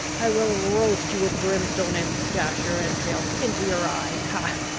i will roast you with brimstone, and dash your entrails into your eyes! ha,